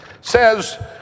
says